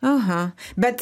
aha bet